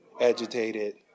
agitated